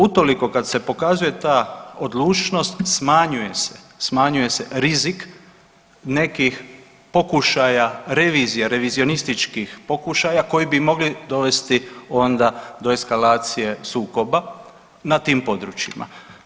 Utoliko kad se pokazuje ta odlučnost, smanjuje se, smanjuje se rizik nekih pokušaja revizije, revizionističkih pokušaja koji bi mogli dovesti onda do eskalacije sukoba na tim područjima.